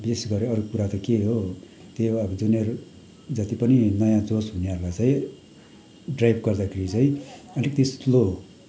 विशेष गरेर अरू कुरा त के हो त्यही हो अब जुनियर जति पनि नयाँ जोस हुनेहरूलाई चाहिँ ड्राइभ गर्दाखेरि चाहिँ अलिकति स्लो